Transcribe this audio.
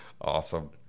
awesome